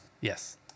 Yes